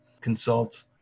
consult